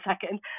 second